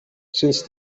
since